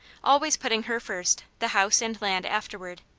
always putting her first, the house and land afterward.